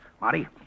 Marty